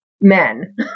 men